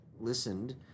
listened